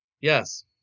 Yes